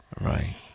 right